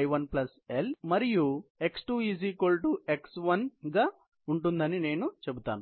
y1 L మరియు x 2 x 1 కి సమానంగా x 2 x1 ఉంటుందని నేను చెబుతాను